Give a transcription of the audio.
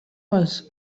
was